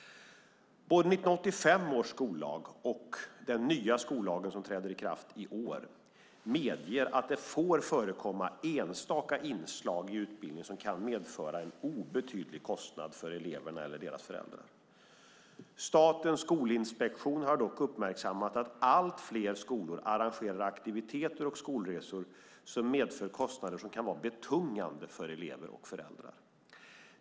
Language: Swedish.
Både 1985 års skollag och den nya skollagen, som träder i kraft i år, medger att det får förekomma enstaka inslag i utbildningen som kan medföra en obetydlig kostnad för eleverna eller deras föräldrar. Statens skolinspektion har dock uppmärksammat att allt fler skolor arrangerar aktiviteter och skolresor som medför kostnader som kan vara betungande för elever och föräldrar.